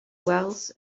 wealth